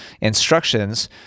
instructions